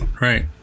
Right